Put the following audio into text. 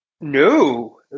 no